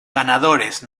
ganadores